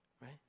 right